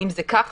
ואם זה ככה,